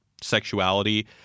sexuality